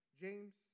James